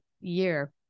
year